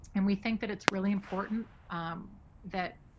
and we think that it's really important um that